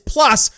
Plus